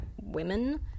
women